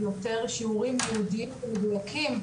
יותר שיעורים ייעודים מדויקים,